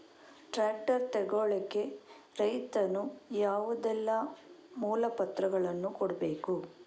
Tractor ತೆಗೊಳ್ಳಿಕೆ ರೈತನು ಯಾವುದೆಲ್ಲ ಮೂಲಪತ್ರಗಳನ್ನು ಕೊಡ್ಬೇಕು?